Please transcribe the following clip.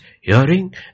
Hearing